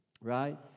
right